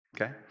Okay